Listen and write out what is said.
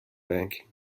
banking